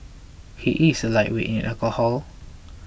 he is a lightweight in alcohol